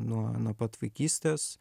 nuo nuo pat vaikystės